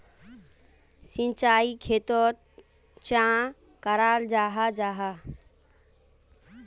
सिंचाई खेतोक चाँ कराल जाहा जाहा?